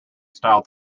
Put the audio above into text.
style